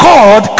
God